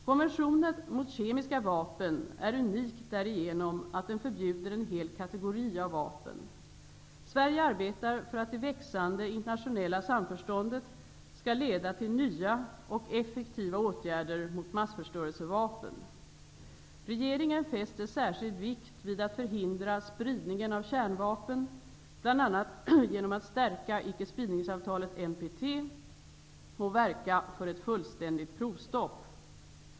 Konventionen mot kemiska vapen är unik därigenom att den förbjuder en hel kategori av vapen. Sverige arbetar för att det växande internationella samförståndet skall leda till nya och effektiva åtgärder mot massförstörelsevapen. Regeringen fäster särskild vikt vid att förhindra spridningen av kärnvapen, bl.a. genom att stärka icke-spridningsavtalet, NPT, och verka för ett fullständigt provstopp.